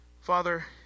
Father